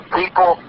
people